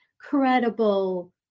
credible